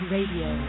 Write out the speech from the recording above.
Radio